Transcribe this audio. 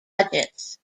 budgets